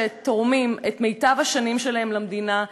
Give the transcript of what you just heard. שתורמים את מיטב השנים שלהם למדינה,